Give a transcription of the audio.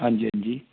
ਹਾਂਜੀ ਹਾਂਜੀ